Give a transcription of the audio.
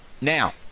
Now